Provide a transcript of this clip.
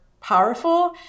powerful